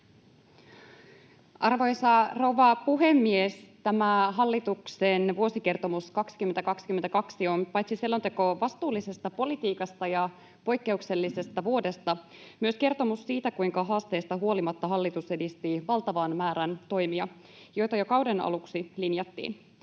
Arvoisa rouva puhemies! Tämä hallituksen vuosikertomus 2022 on paitsi selonteko vastuullisesta politiikasta ja poikkeuksellisesta vuodesta myös kertomus siitä, kuinka haasteista huolimatta hallitus edisti valtavaa määrää toimia, joita jo kauden aluksi linjattiin.